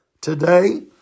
today